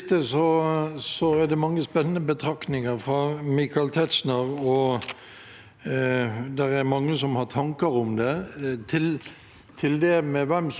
Når det gjelder hvem som er med i lokaldemokratiet, er nok det litt forskjellig fra sted til sted. Jeg opplever mange med stort personlig engasjement, og de tar ombudsrollen sin på alvor,